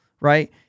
right